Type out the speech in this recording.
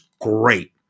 great